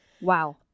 wow